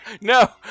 No